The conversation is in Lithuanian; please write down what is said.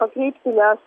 pakreipti nes